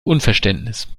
unverständnis